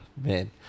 Man